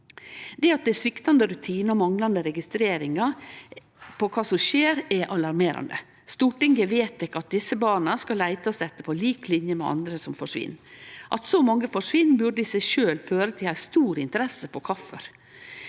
Det at det er sviktande rutinar og manglande registreringar av kva som skjer, er alarmerande. Stortinget har vedteke at desse barna skal leitast etter på lik linje med andre som forsvinn. At så mange forsvinn, burde i seg sjølv føre til stor interesse for kvifor.